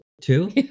two